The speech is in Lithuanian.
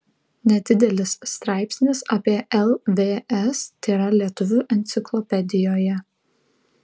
nedidelis straipsnis apie lvs tėra lietuvių enciklopedijoje